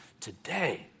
Today